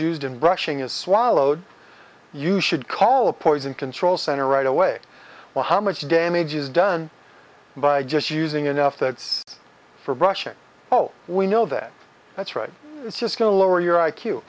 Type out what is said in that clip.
used in brushing is swallowed you should call a poison control center right away or how much damage is done by just using enough that for brushing oh we know that that's right it's just going to lower your i q